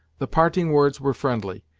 the parting words were friendly,